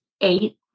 eight